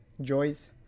joys